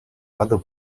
other